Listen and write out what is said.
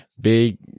big